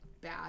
bad